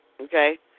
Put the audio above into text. Okay